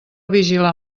vigilar